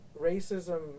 racism